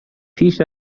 پیش